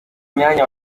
myanya